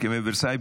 הסכמי ורסאי,